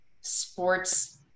sports